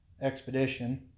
Expedition